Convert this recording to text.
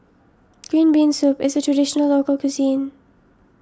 Green Bean Soup is a Traditional Local Cuisine